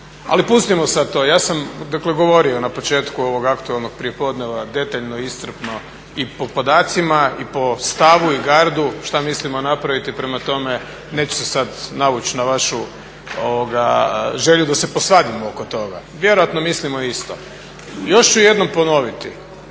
Ali pustimo sada to. Ja sam govorio na početku ovog Aktualnog prijepodneva detaljno iscprno i po podacima i po stavu i gardu šta mislimo napraviti prema tome neću se sada navući na vašu želju da se posvadimo oko toga. Vjerojatno mislimo isto. Još ću jednom ponoviti,